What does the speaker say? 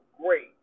great